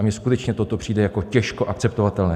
Mně skutečně toto přijde jako těžko akceptovatelné.